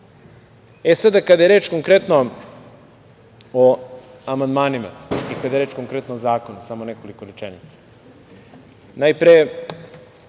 kada je reč konkretno o amandmanima i kada je reč konkretno o zakonu, samo nekoliko rečenica. Najpre,